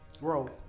Roll